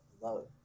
Love